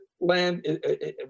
land